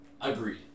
Agreed